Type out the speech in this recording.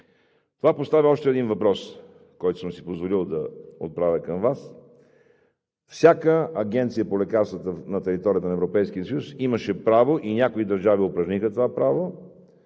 Това поставя още един въпрос, който съм си позволил да отправя към Вас: всяка агенция по лекарствата на територията на Европейския съюз имаше право и някои държави упражниха това право